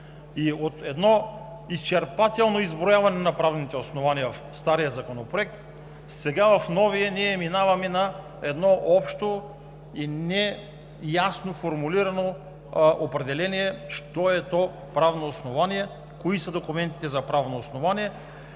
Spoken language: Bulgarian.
От изчерпателно изброяване на правните основания в стария законопроект, сега в новия минаваме на общо и неясно формулирано определение „що е то правно основание, кои са документите за правно основание?“